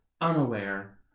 unaware